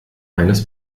eines